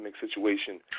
situation